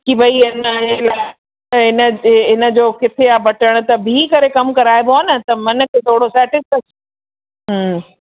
की भई आहे न आहे न आहे न आहे न जो किथे आहे बटण त बीहु करे कराइबो आहे न त मन खे थोरो सेटीसिफेक्शन